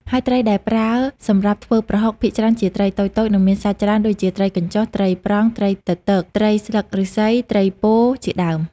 ហើយត្រីដែលប្រើសម្រាប់ធ្វើប្រហុកភាគច្រើនជាត្រីតូចៗ និងមានសាច់ច្រើនដូចជា ត្រីកញ្ចុះ ត្រីប្រង់ ត្រីទទក ត្រីស្លឹកឫស្សី ត្រីពោធិ ជាដើម។